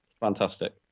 fantastic